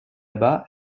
bas